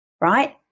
right